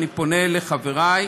אני פונה לחברי,